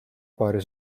paari